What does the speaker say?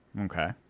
Okay